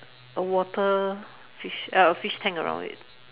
a water fish uh a fish tank around it